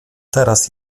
teraz